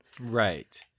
Right